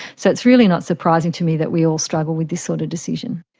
so it's really not surprising to me that we all struggle with this sort of decision.